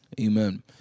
Amen